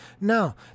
Now